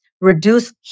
reduce